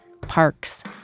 Parks